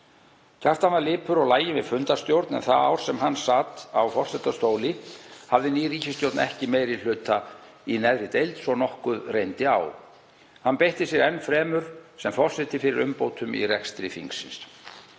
Kjartan var lipur og laginn við fundarstjórn en það ár sem hann sat á forsetastóli hafði ný ríkisstjórn ekki meiri hluta í neðri deild, svo að nokkuð reyndi á. Hann beitti sér enn fremur sem forseti fyrir umbótum í rekstri þingsins.